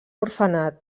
orfenat